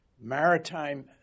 maritime